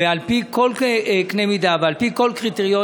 ועל פי כל קנה מידה ועל פי כל קריטריון